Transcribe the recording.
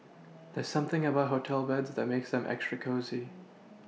there's something about hotel beds that makes them extra cosy